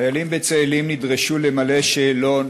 חיילים בצאלים נדרשו למלא שאלון